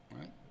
right